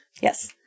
Yes